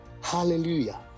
Hallelujah